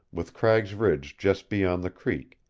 with cragg's ridge just beyond the creek,